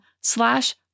slash